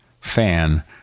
fan